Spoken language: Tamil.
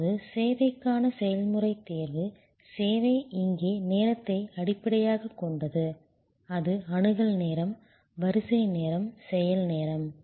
இப்போது சேவைக்கான செயல்முறைத் தேர்வு சேவை இங்கே நேரத்தை அடிப்படையாகக் கொண்டது அது அணுகல் நேரம் வரிசை நேரம் செயல் நேரம்